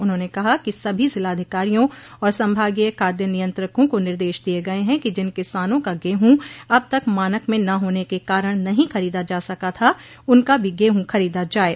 उन्होंने कहा कि सभी जिलाधिकारियों और संभागीय खाद्य नियंत्रकों को निर्देश दिये गये हैं कि जिन किसानों का गेहूं अब तक मानक में न होने के कारण नहीं खरीदा जा सका था उनका भी गेहूं खरीदा जाये